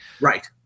Right